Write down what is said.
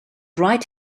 right